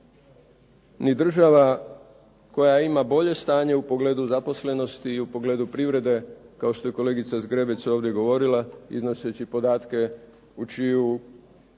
Ni država koja ima bolje stanje u pogledu zaposlenosti i u pogledu privrede kao što je kolegica Zgrebec ovdje govorila iznoseći podatke u čiju